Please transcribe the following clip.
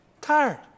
tired